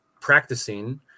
practicing